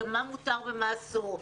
ומה מותר ומה אסור.